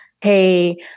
hey